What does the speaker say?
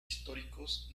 históricos